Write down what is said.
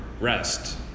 rest